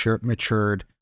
matured